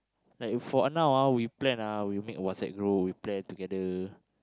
like for uh now we plan ah we make WhatsApp group we play together